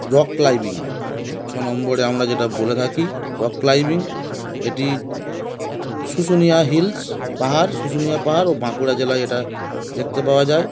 rock climbing ছ নম্বরে আমরা যেটা বলে থাকি রক ক্লাইম্বিং এটি শুশুনিয়া হিলস পাহাড় শুশুনিয়া পাহাড় ও বাঁকুড়া জেলায় এটা দেখতে পাওয়া যায়